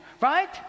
right